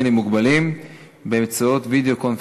למוגבלים באמצעות וידיאו קונפרנס.